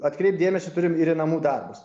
atkreipt dėmesį turim ir į namų darbus